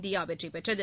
India வெற்றி பெற்றது